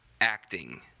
acting